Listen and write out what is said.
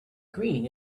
green